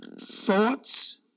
thoughts